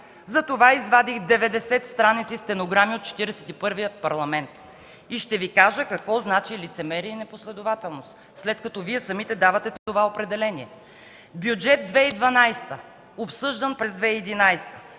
Затова извадих 90 страници стенограми от Четиридесет и първия Парламент и ще Ви кажа какво значи лицемерие и непоследователност, след като Вие самите давате това определение. Бюджет 2012 е обсъждат през 2011 г.